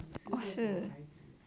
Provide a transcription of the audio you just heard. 你是个小孩子